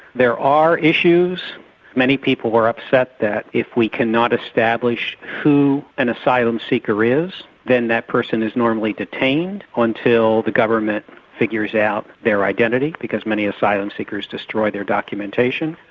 there are issues many people were upset that if we can not establish who an asylum seeker is then that person is normally detained until the government figures out their identity, because many asylum seekers destroy their documentation.